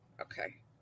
Okay